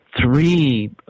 three